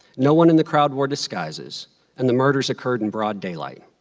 no one in the crowd wore disguises and the murders occurred in broad daylight.